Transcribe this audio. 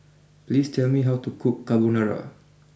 please tell me how to cook Carbonara